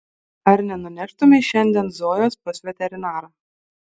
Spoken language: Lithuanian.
ar nenuneštumei šiandien zojos pas veterinarą